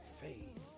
faith